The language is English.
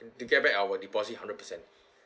to get back our deposit hundred percent